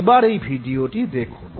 এবার এই ভিডিওটি দেখুন